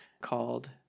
called